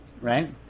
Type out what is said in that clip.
Right